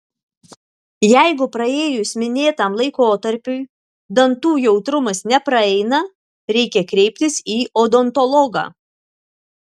jeigu praėjus minėtam laikotarpiui dantų jautrumas nepraeina reikia kreiptis į odontologą